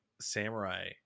samurai